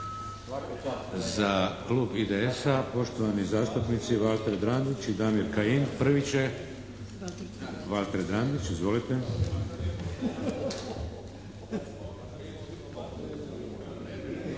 Za klub IDS-a poštovani zastupnici Valter Drandić i Damir Kajin. Prvi će Valter Drandić. Izvolite!